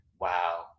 Wow